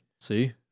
see